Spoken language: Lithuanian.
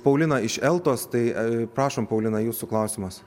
paulina iš eltos tai prašom paulina jūsų klausimas